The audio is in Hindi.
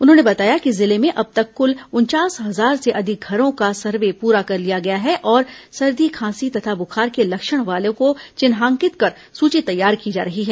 उन्होंने बताया कि जिले में अब तक कल उनचास हजार से अधिक घरों का सर्वे पूरा कर लिया गया और सर्दी खांसी तथा बुखार के लक्षण वाले को चिन्हांकित कर सूची तैयार की जा रही है